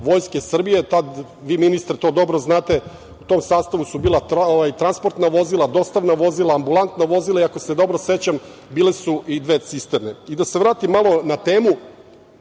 Vojske Srbije. Vi ministre to dobro znate. U tom sastavu su bila transportna vozila, dostavna vozila, ambulantna vozila i ako se dobro sećam bile su i dve cisterne. Da se vratim malo na temu.